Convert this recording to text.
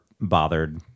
bothered